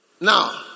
Now